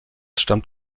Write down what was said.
stammt